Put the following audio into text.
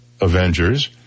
Avengers